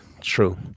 true